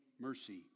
mercy